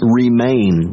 remain